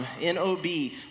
N-O-B